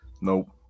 Nope